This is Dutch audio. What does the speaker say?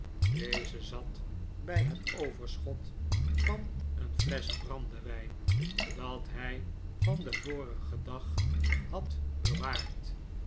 deze zat bij het overschot van een flesch brandewijn dat hij van den vorigen dag had bewaard